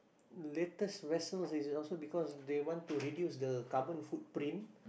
latest vessels is also because they want to reduce the carbon footprint